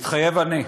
מתחייב אני.